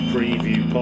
Preview